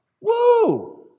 Woo